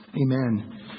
Amen